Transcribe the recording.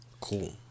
Cool